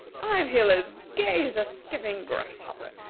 i feel as gay as a skipping grasshopper.